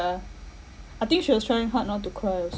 I think she was trying hard not to cry also